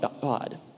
God